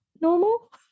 normal